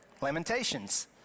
Lamentations